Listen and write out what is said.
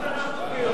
גם אנחנו,